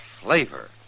flavor